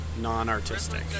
non-artistic